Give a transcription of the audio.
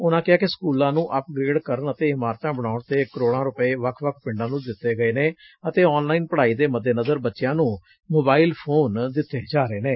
ਉਨਾਂ ਕਿਹਾ ਕਿ ਸਕੁਲਾਂ ਨੰ ਅੱਪ ਗਰੇਡ ਕਰਨ ਅਤੇ ਇਮਾਰਤਾਂ ਬਣਾਉਣ ਤੇ ਕਰੋਤਾਂ ਰੁਪਏ ਵੱਖ ਵੱਖ ਪਿੰਡਾਂ ਨੂੰ ਦਿੱਤੇ ਗਏ ਅੱਤੇ ਆਨਲਾਇਨ ਪੁੜਾਈ ਦੇ ਮੱਦੇਨਜ਼ਰ ਬੱਚਿਆਂ ਨੂੰ ਮੋਬਾਇਲ ਫੌਨ ਦਿੱਤੇ ਜਾ ਰਹੇ ਹਨ